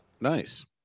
nice